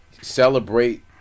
celebrate